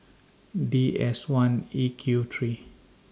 D S one E Q three